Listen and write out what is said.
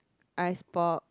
ice pop